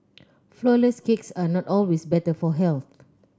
flourless cakes are not always better for health